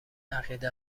عقیده